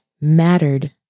mattered